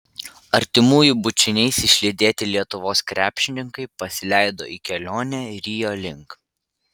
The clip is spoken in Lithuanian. artimųjų bučiniais išlydėti lietuvos krepšininkai pasileido į kelionę rio link